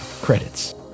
credits